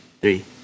three